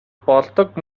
болдог